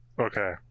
Okay